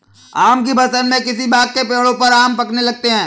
आम की फ़सल में किसी बाग़ के पेड़ों पर आम पकने लगते हैं